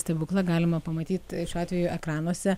stebuklą galima pamatyt šiuo atveju ekranuose